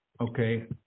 Okay